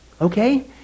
Okay